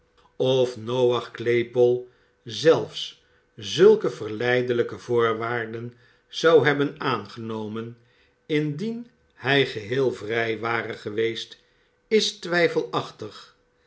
of noach claypole zelfs zulke verleidelijke voorwaarden zou hebben aangenomen indien hij geheel vrij ware geweest is twijfelachtig